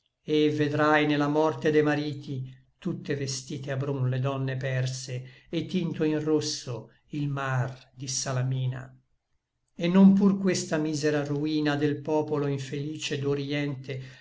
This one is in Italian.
et vedrai ne la morte de mariti tutte vestite a brun le donne perse et tinto in rosso il mar di salamina et non pur questa misera rina del popol infelice